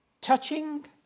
Touching